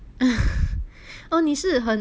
所以你是很会看 manga 这些对吧